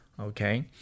Okay